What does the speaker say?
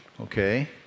okay